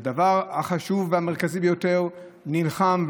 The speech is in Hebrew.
והדבר החשוב והמרכזי ביותר: הוא נלחם,